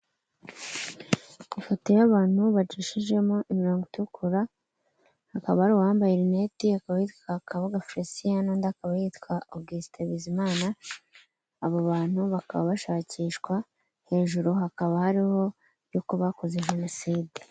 iIoto y'abantu bacishijemo imirongo itukura, haakaba ari uwambaye rinete, Akaba yitwa Kabuga Felician, n'undi akaba yitwa Augustin Bizimana, abo bantu bakaba bashakishwa, hejuru hakaba hariho yuko bakoze Jenoside.